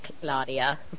Claudia